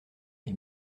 est